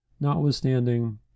Notwithstanding